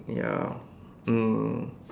ya